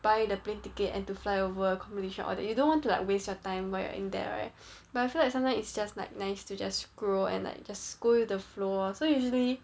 buy the plane ticket and to fly over accommodation all that you don't want to like waste your time when you're in there right but I feel like sometimes it's just like nice to just grow and like just go with the flow so usually